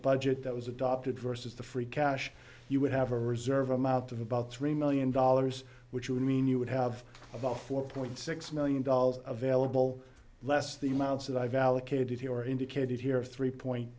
budget that was adopted versus the free cash you would have a reserve amount of about three million dollars which would mean you would have about four point six million dollars available less the amounts that i've allocated here or indicated here are three point